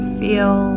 feel